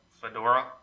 fedora